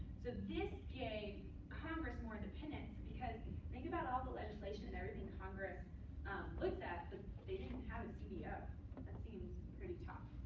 so this gave congress more independence. because think about all the legislation and everything congress looks at, but they didn't have a cbo. that seems pretty then